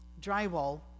drywall